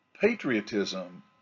patriotism